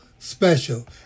special